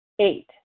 Eight